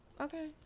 Okay